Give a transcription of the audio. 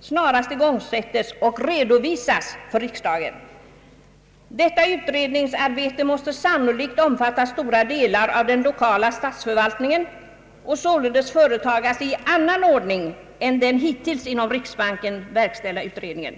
snarast igångsättes och redovisas för riksdagen. Detta utredningsarbete måste sannolikt omfatta stora delar av den lokala statsförvaltningen och således företagas i annan ordning än den hittills inom riksbanken verkställda utredningen.